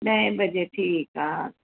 ॾहें बजे ठीकु आहे